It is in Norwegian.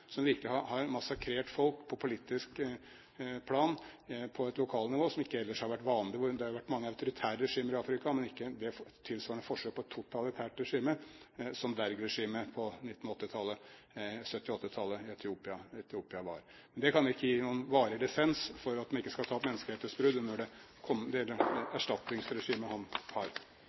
som virkelig har massakrert folk på politisk plan, på et lokalnivå som ellers ikke har vært vanlig. Det har nok vært mange autoritære regimer i Afrika, men ikke med tilsvarende forsøk på et totalitært regime som Derg-regimet på 1970–1980 tallet i Etiopia. Men det kan ikke gi noen varig dissens for at man ikke skal ta opp menneskerettighetsbrudd under det erstatningsregimet han har.